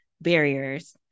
barriers